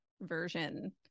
version